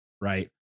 right